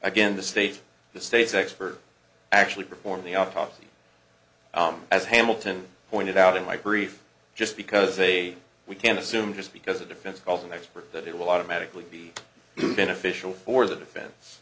again the state the state's expert actually performed the autopsy as hamilton pointed out in my brief just because a we can't assume just because the defense calls an expert that it will automatically be beneficial for the defense